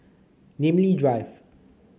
Namly Drive